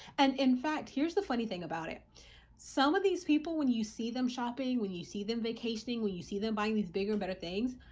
and in fact, here's the funny thing about it some of these people, when you see them shopping, when you see them vacationing, when you see them buying these bigger, better things,